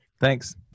Thanks